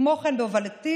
כמו כן, בהובלתי